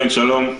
שלום,